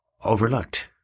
overlooked